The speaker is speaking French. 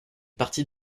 parti